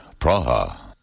Praha